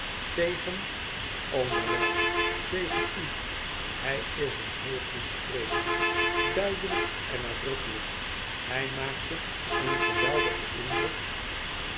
tegen o ja wel tegen u hij is een heel goed spreker duidelijk en nadrukkelijk hij maakte een geweldigen indruk